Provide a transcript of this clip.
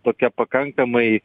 tokia pakankamai